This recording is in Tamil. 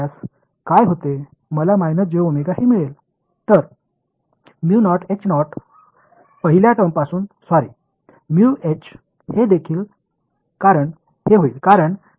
எனவே என்னால் செய்ய முடிந்த இயல்பான விஷயம் என்னவென்றால் இந்த இரண்டு செட் சமன்பாடுகளையும் எடுத்து அவற்றைக் கழிக்க முடியும்